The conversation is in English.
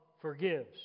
forgives